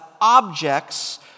objects